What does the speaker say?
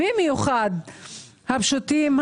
במיוחד הפשוטים,